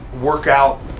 workout